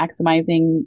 maximizing